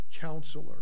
counselor